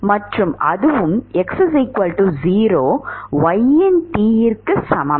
மற்றும் அதுவும் x0 y இன் T க்கு சமம்